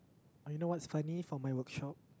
oh you know what's funny for my workshop